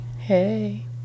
Hey